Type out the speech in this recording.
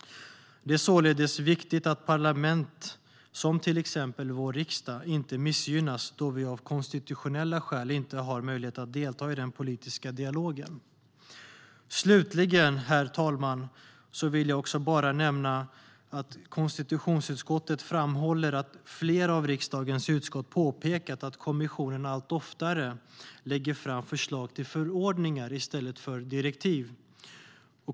Det är således viktigt att parlament, som till exempel vår riksdag, inte missgynnas då vi av konstitutionella skäl inte har möjlighet att delta i den politiska dialogen. Slutligen, herr talman, vill jag bara nämna att konstitutionsutskottet framhåller att flera av riksdagens utskott påpekat att kommissionen allt oftare lägger fram förslag till förordningar i stället för direktiv.